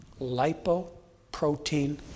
lipoprotein